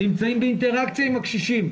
נמצאים באינטראקציה עם הקשישים,